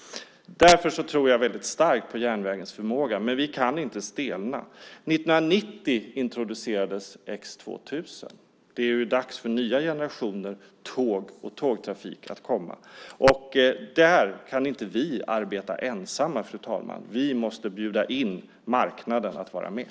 Därför tror jag väldigt starkt på järnvägens förmåga, men vi kan inte stelna. 1990 introducerades X 2000. Det är dags för nya generationer tåg och tågtrafik att komma. Där kan vi inte arbeta ensamma, fru talman. Vi måste bjuda in marknaden att vara med.